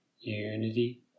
unity